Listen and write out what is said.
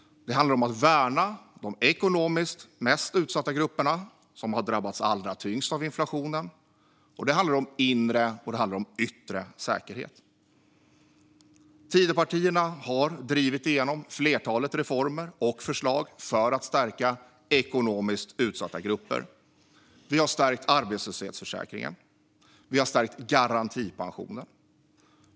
Det handlar om att värna de ekonomiskt mest utsatta grupperna, som har drabbats allra hårdast av inflationen, och det handlar om inre och yttre säkerhet. Tidöpartierna har drivit igenom ett flertal reformer och förslag för att stärka ekonomiskt utsatta grupper. Vi har stärkt arbetslöshetsförsäkringen. Vi har stärkt garantipensionen.